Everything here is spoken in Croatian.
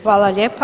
Hvala lijepa.